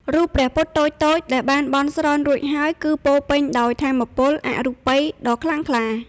រូបព្រះពុទ្ធតូចៗដែលបានបន់ស្រន់រួចហើយ គឺពោរពេញដោយថាមពលអរូបីយ៍ដ៏ខ្លាំងក្លា។